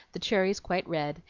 the cherries quite red,